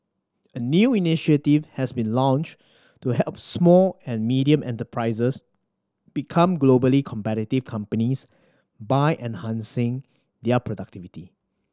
a new initiative has been launched to help small and medium enterprises become globally competitive companies by enhancing their productivity